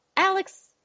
Alex